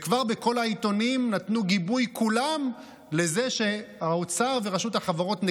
וכבר בכל העיתונים נתנו גיבוי כולם לזה שהאוצר ורשות החברות נגדי.